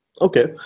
Okay